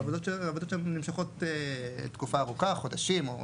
העבודות נמשכות תקופה ארוכה, חודשים.